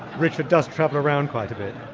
richard does travel around quite a bit.